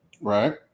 right